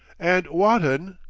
and wotton!